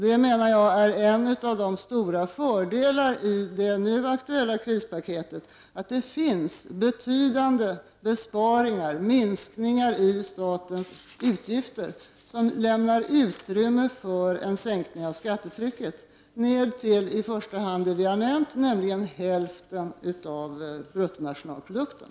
Jag menar att en av de stora fördelarna i det nu aktuella krispaketet är att det innehåller betydande besparingar, minskningar i statens utgifter, som lämnar utrymme för en sänkning av skattetrycket ned till i första hand det vi har nämnt, nämligen hälften av bruttonationalprodukten.